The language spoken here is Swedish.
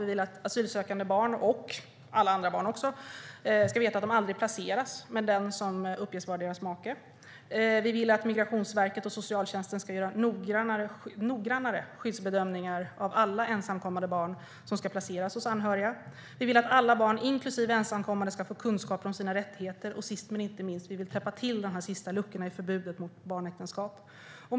Vi vill att asylsökande barn och alla andra barn ska veta att de aldrig placeras med den som uppges vara deras make. Vi vill att Migrationsverket och socialtjänsten ska göra noggrannare skyddsbedömningar för alla ensamkommande barn som ska placeras hos anhöriga. Vi vill att alla barn, inklusive ensamkommande, ska få kunskap om sina rättigheter. Sist men inte minst vill vi täppa till de sista luckorna i förbudet mot barnäktenskap.